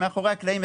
מאחורי הקלעים,